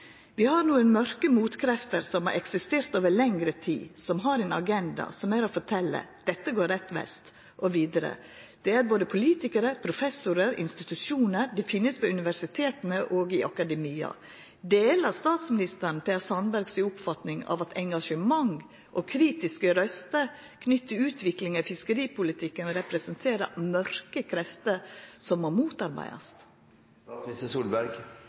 har noen mørke motkrefter som har eksistert over lengre tid. Som har bare én agenda, som er å fortelle: «Dette går rett vest».» Og vidare: «Det er både politikere, professorer, institusjoner, de finnes på universitetene våre og i akademia.» Deler statsministeren Per Sandberg si oppfatning av at engasjement og kritiske røyster knytte til utviklinga i fiskeripolitikken representerer mørke krefter som må